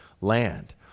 land